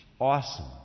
awesome